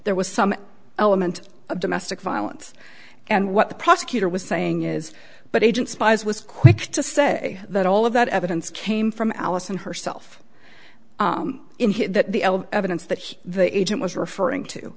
there was some element of domestic violence and what the prosecutor was saying is but agent spies was quick to say that all of that evidence came from allison herself in that the evidence that the agent was referring to